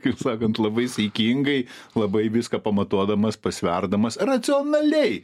kaip sakant labai saikingai labai viską pamatuodamas pasverdamas racionaliai